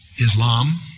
Islam